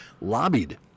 lobbied